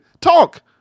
Talk